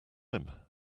him